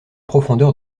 profondeur